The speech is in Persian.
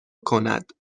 کند